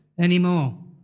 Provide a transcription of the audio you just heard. anymore